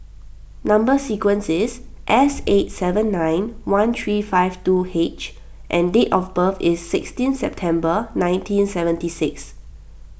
Number Sequence is S eight seven nine one three five two H and date of birth is sixteen September nineteen seventy six